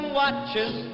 watches